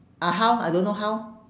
ah how I don't know how